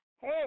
Hey